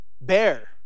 Bear